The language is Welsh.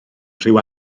rhyw